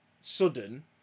sudden